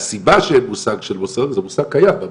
והסיבה שאין מושג של 'מוסר', שזה מושג קיים במגזר,